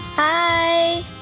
Hi